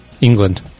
England